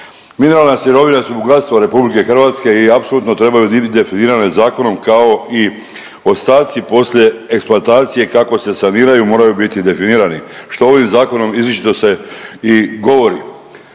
Mineralne sirovine su bogatstvo RH i apsolutno trebaju bit definirane zakonom, kao i ostaci poslije eksploatacije kako se saniraju moraju biti definirani, što ovim zakonom izričito se i govori.